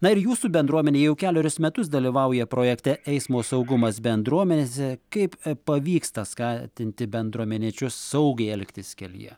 na ir jūsų bendruomenė jau kelerius metus dalyvauja projekte eismo saugumas bendruomenėse kaip pavyksta skatinti bendruomeniečius saugiai elgtis kelyje